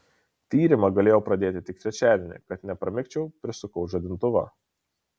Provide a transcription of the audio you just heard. tyrimą galėjau pradėti tik trečiadienį kad nepramigčiau prisukau žadintuvą